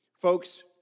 Folks